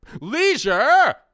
Leisure